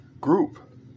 group